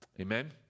Amen